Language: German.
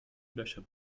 löcher